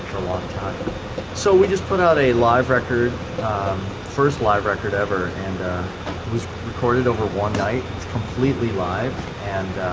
a long time so we just put out a live record first live record ever and was recorded over one night. it's completely live and